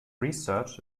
research